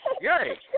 Yay